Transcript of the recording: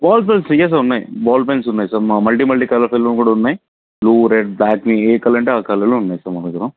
ball pens yes ఉన్నాయి ball pens ఉన్నాయి sir multi multi colours పెన్లో కూడా ఉన్నాయి బ్లూ రెడ్ బ్ల్యాక్ మీకు ఏ కలర్ అంటే ఆ కలర్లో ఉన్నాయి సార్ మా దగ్గర